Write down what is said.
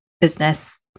business